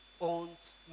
owns